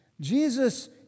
Jesus